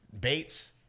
Bates